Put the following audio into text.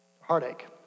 heartache